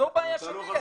זו בעיה שלי.